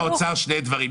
יש שני דברים.